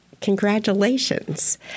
Congratulations